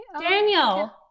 Daniel